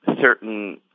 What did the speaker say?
certain